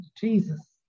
Jesus